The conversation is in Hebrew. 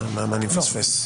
מה אני מפספס?